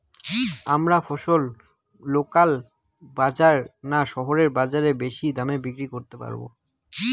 আমরা ফসল লোকাল বাজার না শহরের বাজারে বেশি দামে বিক্রি করতে পারবো?